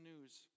news